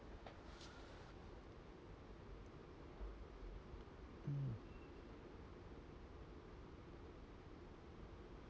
hmm